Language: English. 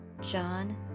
John